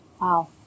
Wow